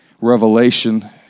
revelation